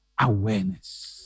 awareness